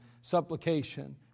supplication